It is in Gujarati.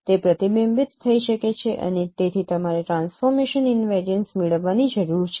તે પ્રતિબિંબિત થઈ શકે છે અને તેથી તમારે ટ્રાન્સફોર્મેશન ઇનવેરિયન્સ મેળવવાની જરૂર છે